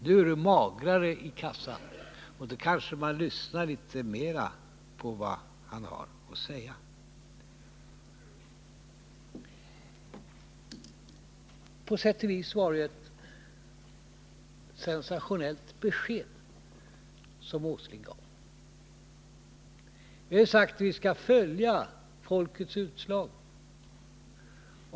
Nu är det magrare i kassan. Då kanske vad han har att säga framstår i ett annat ljus. På sätt och vis var det ett sensationellt besked som Nils Åsling gav. Vi har sagt att vi skall följa folkomröstningens utslag.